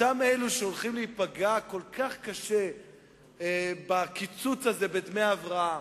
אותם אלה שהולכים להיפגע כל כך קשה בקיצוץ הזה בדמי ההבראה,